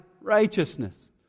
righteousness